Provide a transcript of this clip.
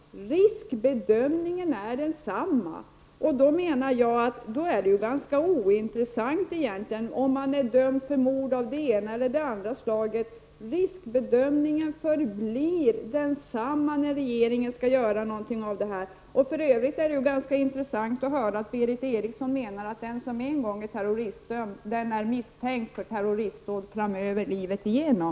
Riskbedömningen är densamma i den gamla och i den nya lagen, och då är det ganska ointressant om en person är dömd för mord av det ena eller det andra slaget. För övrigt är det intressant att höra att Berith Eriksson menar att den som en gång är terroristdömd kommer att vara misstänkt för terroristdåd livet igenom.